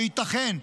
שייתכן,